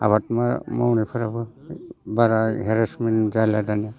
आबाद मावनायफोरावबो बारा हेरेसमेन्ट जाला दानिया